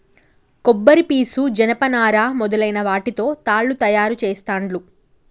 కొబ్బరి పీసు జనప నారా మొదలైన వాటితో తాళ్లు తయారు చేస్తాండ్లు